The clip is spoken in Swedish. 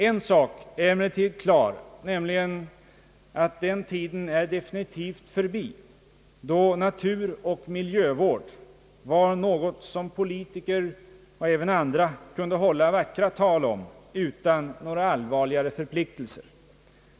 En sak är emellertid klar, nämligen att den tiden är definitivt förbi då naturoch miljövård var något 'som politiker och även andra kunde hålla vackra tal om utan några allvarligare förpliktelser.